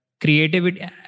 creativity